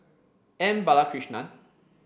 M Balakrishnan